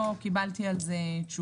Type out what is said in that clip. לא קיבלתי את על זה תשובה.